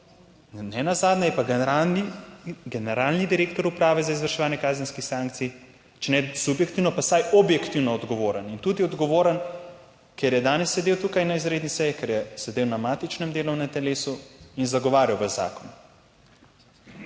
Nenazadnje je pa generalni direktor Uprave za izvrševanje kazenskih sankcij, če ne subjektivno pa vsaj objektivno odgovoren. In tudi odgovoren, ker je danes sedel tukaj na izredni seji, ker je sedel na matičnem delovnem telesu in zagovarjal vaš zakon.